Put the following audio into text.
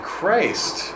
Christ